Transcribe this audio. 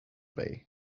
bay